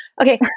okay